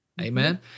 amen